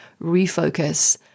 refocus